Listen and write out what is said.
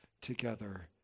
together